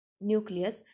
nucleus